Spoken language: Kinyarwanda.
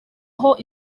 aho